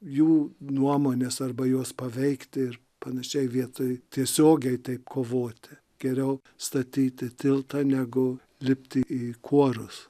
jų nuomonės arba juos paveikti ir panašiai vietoj tiesiogiai taip kovoti geriau statyti tiltą negu lipti į kuorus